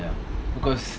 ya because